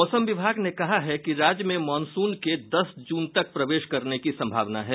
मौसम विभाग ने कहा है कि राज्य में मॉनसून के दस जून तक प्रवेश करने की सम्भावना है